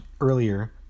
earlier